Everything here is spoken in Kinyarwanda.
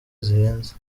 zihenze